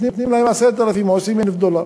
נותנים להם 10,000 או 20,000 דולר,